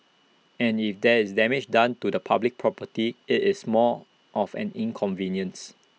and if there is damage done to public property IT is more of an inconvenience